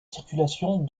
circulations